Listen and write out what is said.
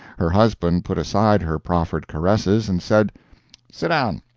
her husband put aside her proffered caresses, and said sit down.